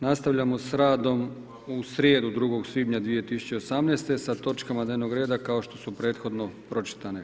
Nastavljamo s radom u srijedu 2. svibnja 2018. sa točkama dnevnog reda kao što su prethodno pročitane.